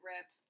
Rip